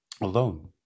Alone